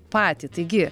patį taigi